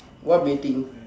what baiting